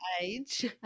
age